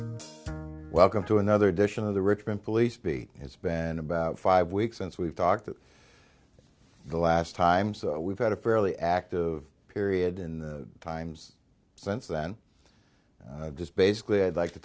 be welcome to another edition of the richmond police beat has been about five weeks since we've talked to the last time so we've had a fairly active period in the times since then just basically i'd